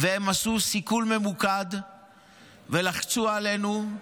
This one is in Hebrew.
והם עשו סיכול ממוקד ולחצו עלינו,